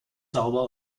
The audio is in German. sauber